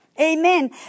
Amen